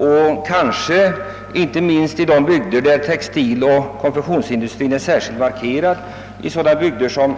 Detta gäller inte minst i de bygder där textiloch konfektionsindustrin är särskilt markerad, såsom